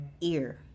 ear